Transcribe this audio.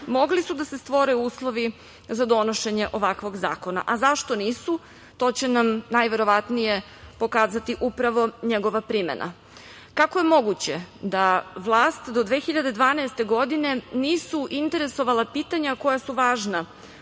mogli su da se stvore uslovi za donošenje ovakvog zakona, a zašto nisu, to će nam najverovatnije pokazati upravo njegova primena. Kako je moguće da vlast do 2012. godine nisu interesovala pitanja koja su važna